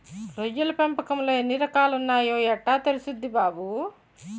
రొయ్యల పెంపకంలో ఎన్ని రకాలున్నాయో యెట్టా తెల్సుద్ది బాబూ?